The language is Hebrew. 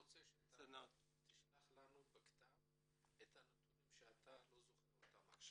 אני מבקש שתשלח לנו בכתב את הנתונים שאתה לא זוכר עכשיו.